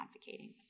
advocating